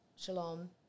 shalom